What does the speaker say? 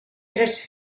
tres